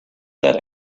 that